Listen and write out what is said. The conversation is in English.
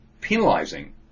penalizing